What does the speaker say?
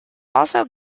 also